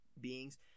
beings